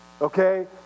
Okay